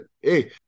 hey